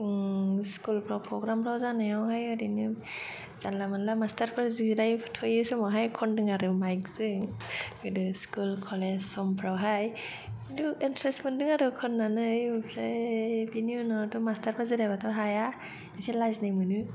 ओम स्कुलफ्राव प्र'ग्रामफ्राव जानायाव हाय ओरैनो जानला मोनला मास्टारफोर जिराय थ'यै समावहाय खनदों आरो माइकजों गोदो स्कुल कलेज समफ्रावहाय बिदिनो इन्टारेस्ट मोनदों आरो खननानै हाय आमफ्राय बिनि उनावहाय मास्टारफोर जिराय बाथ' हाया एसे लाजिनाय मोनो